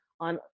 on